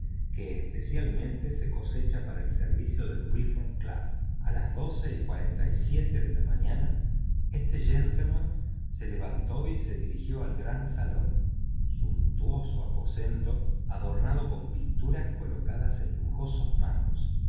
que especialmente es cosecha para el servicio de reform club a las doce y cuarenta y siete de la mañana este gentlenmen se levantó y se dirigió al gran salón suntuoso aposento adomado con pinturas colocadas en lujosos marcos